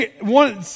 One